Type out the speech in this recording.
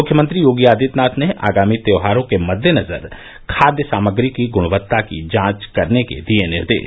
मुख्यमंत्री योगी आदित्यनाथ ने आगामी त्यौहारों के मद्देनजर खाद्य सामग्री की ग्णवत्ता की जांच करने के दिए निर्देश